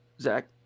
Zach